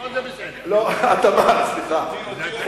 תשתיות בסדר.